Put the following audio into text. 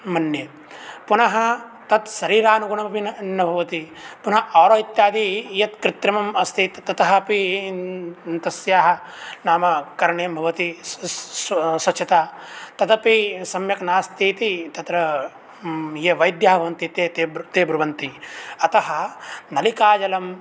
मन्ये पुनः तत् शरीरानुगुणमपि न न भवति पुनः आर् ओ इत्यादि यत् कृत्रिमम् अस्ति ततः अपि तस्याः नाम करणीयं भवति स्वच्छता तदपि सम्यक् नास्ति इति तत्र ये वैद्याः भवन्ति ते ब्रुवन्ति अतः नलिकाजलम्